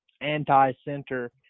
anti-center